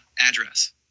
address